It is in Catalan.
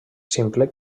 simple